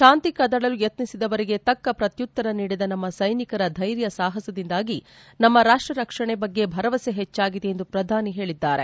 ಶಾಂತಿ ಕದಡಲು ಯತ್ನಿಸಿದವರಿಗೆ ತಕ್ಕ ಪ್ರತ್ಯುತ್ತರ ನೀಡಿದ ನಮ್ಮ ಸ್ಯೆನಿಕರ ಧೈರ್ಯ ಸಾಹಸದಿಂದಾಗಿ ನಮ್ಮ ರಾಷ್ಟ ರಕ್ಷಣೆ ಬಗ್ಗೆ ಭರವಸೆ ಹೆಚ್ಚಾಗಿದೆ ಎಂದು ಪ್ರಧಾನಿ ಹೇಳಿದ್ದಾರೆ